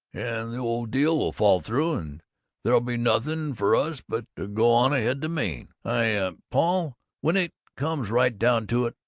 and the ole deal will fall through, and there'll be nothing for us but to go on ahead to maine. i paul, when it comes right down to it,